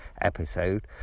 episode